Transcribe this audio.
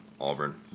Auburn